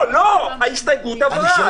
לא, לא, ההסתייגות עברה.